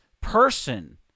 person